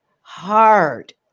hard